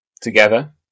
together